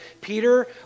Peter